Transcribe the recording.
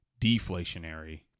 deflationary